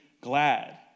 glad